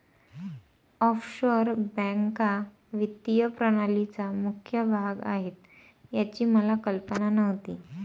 offshore बँका वित्तीय प्रणालीचा मुख्य भाग आहेत याची मला कल्पना नव्हती